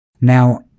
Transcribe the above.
Now